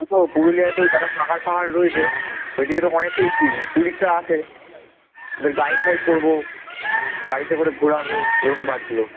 পুরুলিয়ায় তো জানো পাহাড় ফাহাড় রয়েছে ওইদিকে তো অনেক সেই টুরিস্টরা আসে গাইড ফাইড করব গাড়িতে করে ঘোরাব ওরকম কাজগুলো